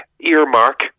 earmark